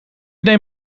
neem